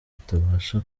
batabasha